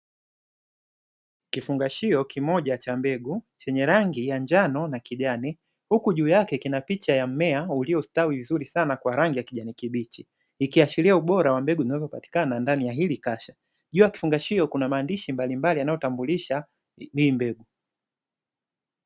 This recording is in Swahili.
Kifungashio kimoja cha mbegu chenye rangi ya njano na kijani huku juu yake kina picha ya mmea uliostawi vizuri sana kwa rangi ya kijani kibichi, ikiashiria ubora wa mbegu zinazopatikana ndani ya hili kasha, juu ya kifungashio kuna maandishi mbalimbali yanayotambulisha hii mbegu.